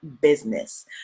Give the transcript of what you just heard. business